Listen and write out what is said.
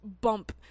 bump